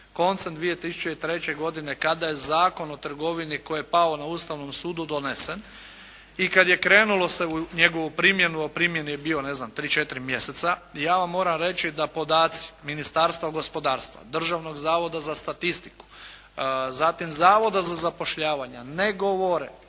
Koncem 2003. godine, kada je Zakon o trgovini koji je pao na Ustavnom sudu doneseni i kada je krenulo se u njegovu primjenu, a u primjeni je bio ne znam, 3, 4 mjeseca, ja vam moram reći da podaci Ministarstva gospodarstva, Državnog zavoda za statistiku, zatim Zavoda za zapošljavanja ne govore